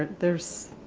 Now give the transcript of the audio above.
there's.